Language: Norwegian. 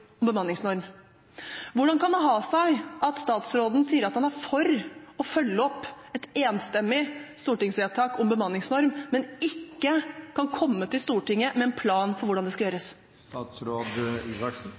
om bemanningsnorm. Hvordan kan det ha seg at statsråden sier at han er for å følge opp et enstemmig stortingsvedtak om bemanningsnorm, men ikke kan komme til Stortinget med en plan for hvordan det skal